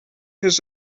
his